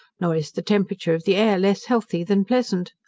nor is the temperature of the air less healthy than pleasant.